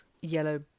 yellow